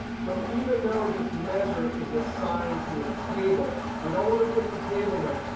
so even though this measure is assigned to a table, we don't want to put the table name.